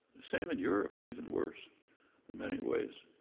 same in europe, even worse in many ways.